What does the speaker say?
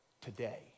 today